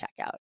checkout